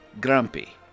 grumpy